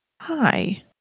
Hi